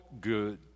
good